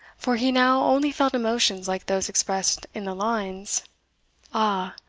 for he now only felt emotions like those expressed in the lines ah!